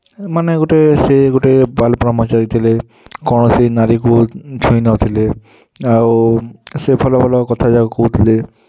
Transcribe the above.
ମାନେ ଗୁଟେ ସେ ଗୁଟେ ବାଲ୍ ବ୍ରହ୍ମଚାରୀ ଥିଲେ କ'ଣ ସେ ନାରୀକୁ ଛୁଇଁ ନଥିଲେ ଆଉ ସେ ଭଲ ଭଲ କଥାଯାକ କହୁଥିଲେ